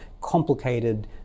complicated